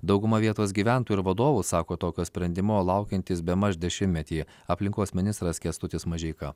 dauguma vietos gyventojų ir vadovų sako tokio sprendimo laukiantys bemaž dešimtmetį aplinkos ministras kęstutis mažeika